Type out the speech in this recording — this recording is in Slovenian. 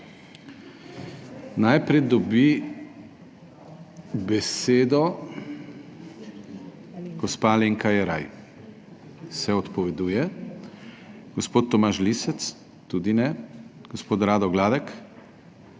Najprej dobi besedo gospa Alenka Jeraj. Se odpoveduje. Gospod Tomaž Lisec, tudi ne. Gospod Rado Gladek?